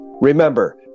Remember